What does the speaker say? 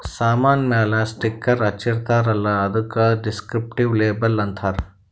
ಸಾಮಾನ್ ಮ್ಯಾಲ ಸ್ಟಿಕ್ಕರ್ ಹಚ್ಚಿರ್ತಾರ್ ಅಲ್ಲ ಅದ್ದುಕ ದಿಸ್ಕ್ರಿಪ್ಟಿವ್ ಲೇಬಲ್ ಅಂತಾರ್